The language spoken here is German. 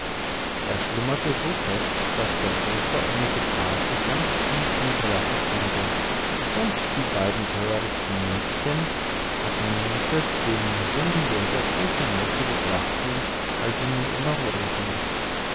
er schlummerte so fest daß das sofa ohne gefahr sich ganz tief niederlassen konnte und die beiden törichten mädchen hatten muße den jungen jäger so genau zu betrachten als sie nur immer wollten